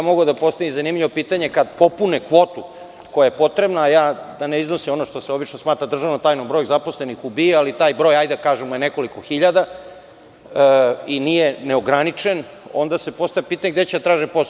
Mogao bih da postavim zanimljivo pitanje – kad popune kvotu koja je potrebna, a da ne iznosimo ono što se obično smatra državnom tajnom, broj zaposlenih u BIA, ali taj broj je nekoliko hiljada i nije neograničen, onda se postavlja pitanje gde će da traže posao?